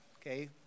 okay